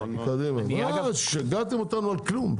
מה שיגעתם אותנו על כלום.